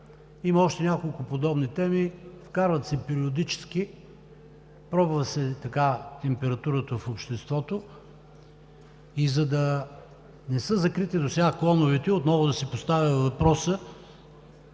Има още няколко подобни теми, вкарват се периодически. Пробва се температурата в обществото. И за да не са закрити досега клонове и отново да се поставя въпросът,